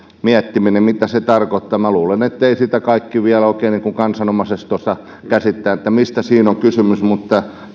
miettiminen mitä se tarkoittaa minä luulen etteivät sitä kaikki vielä kansanomaisesti osaa käsittää mistä siinä on kysymys mutta